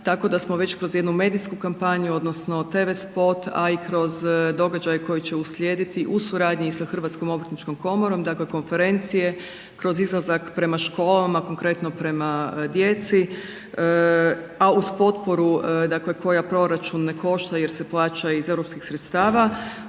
tako da smo već kroz jednu medijsku kampanju odnosno tv spot a i kroz događaje koji će uslijediti u suradnji i sa Hrvatskom obrtničkom komorom dakle konferencije kroz izlazak prema školama, konkretno prema djeci a uz potporu dakle koja proračun ne košta jer se plaća iz europskih sredstava,